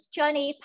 Journey